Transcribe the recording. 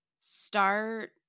start